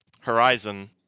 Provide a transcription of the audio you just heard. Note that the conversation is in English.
Horizon